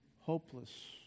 hopeless